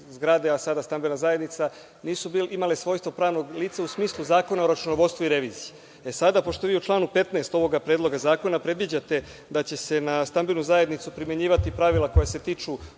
a sada stambena zajednice nisu imale svojstvo pravnog lica u smislu Zakona o računovodstvu i reviziji. Sada, pošto vi u članu 15. ovog predloga zakona predviđate da će se na stambenu zajednicu primenjivati pravila koja se tiču